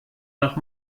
nach